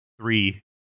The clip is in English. three